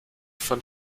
von